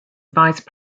vice